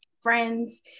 friends